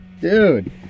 dude